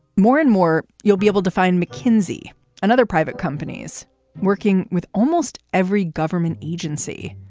more and more, you'll be able to find mckinsey and other private companies working with almost every government agency.